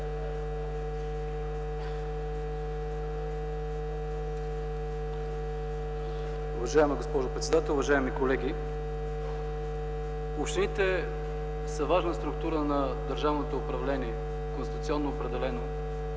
Уважаема госпожо председател, уважаеми колеги! Общините са важна структура на държавното управление, конституционно определено,